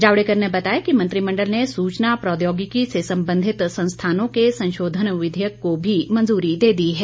जावडेकर ने बताया कि मंत्रिमंडल ने सूचना प्रोद्योगिकी से संबंधित संस्थानों के संशोधन विधेयक को भी मंजूरी दे दी है